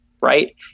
right